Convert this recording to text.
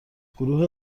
گروه